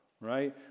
right